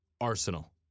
Arsenal